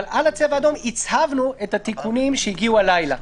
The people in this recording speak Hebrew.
אבל על הצבע האדום הצהבנו את התיקונים שהגיעו הלילה.